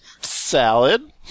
salad